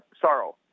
sorrow